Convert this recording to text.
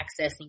accessing